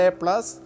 plus